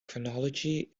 chronology